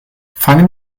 fangen